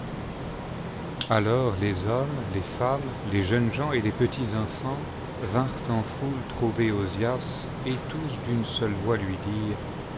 alors les hommes les femmes les jeunes gens et les petits enfants vinrent en foule trouver ozias et tous d'une seule voix lui dirent